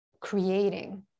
creating